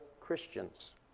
Christians